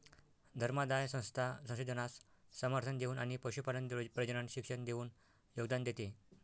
धर्मादाय संस्था संशोधनास समर्थन देऊन आणि पशुपालन प्रजनन शिक्षण देऊन योगदान देते